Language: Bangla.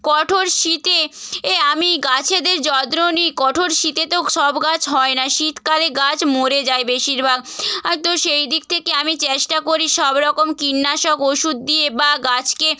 কঠোর শীতে আমি গাছেদের যত্ন নিই কঠোর শীতে তো সব গাছ হয় না শীতকালে গাছ মরে যায় বেশির ভাগ আর তো সেই দিক থেকে আমি চেষ্টা করি সব রকম কীটনাশক ওষুধ দিয়ে বা গাছকে